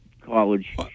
college